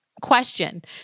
question